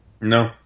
No